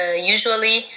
Usually